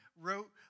wrote